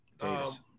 Davis